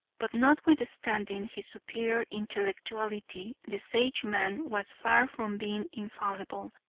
but notwithstanding his superior intellectuality the sageman was far from being infallible.